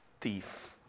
thief